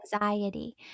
anxiety